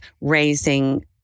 raising